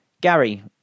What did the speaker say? Gary